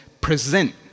present